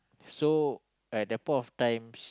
so at the point of time